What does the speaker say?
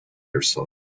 yourself